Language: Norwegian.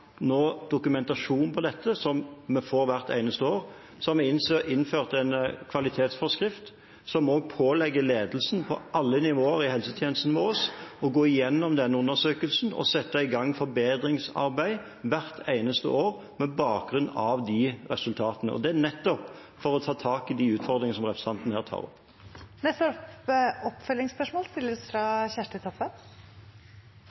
dokumentasjon på dette, som vi får hvert eneste år, har vi innført en kvalitetsforskrift som pålegger ledelsen på alle nivåer i helsetjenesten vår å gå igjennom denne undersøkelsen og sette i gang forbedringsarbeid hvert eneste år med bakgrunn i disse resultatene. Det er nettopp for å ta tak i de utfordringene som representanten her tar opp. Kjersti Toppe – til oppfølgingsspørsmål.